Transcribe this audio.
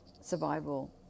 survival